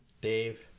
Dave